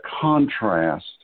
contrast